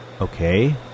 Okay